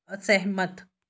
ਅਸਹਿਮਤ